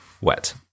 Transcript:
wet